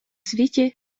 світі